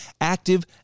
active